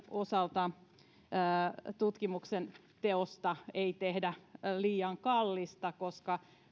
osalta tutkimuksen teosta ei tehdä liian kallista koska